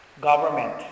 government